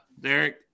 Derek